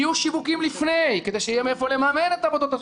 יהיו שיווקים לפני כדי שיהיה מאיפה לממן את העבודות.